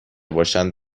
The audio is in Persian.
باشند